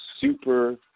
super